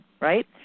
right